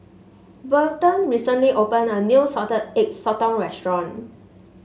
Welton recently opened a new Salted Egg Sotong restaurant